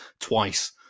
twice